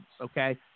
okay